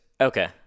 Okay